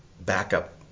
backup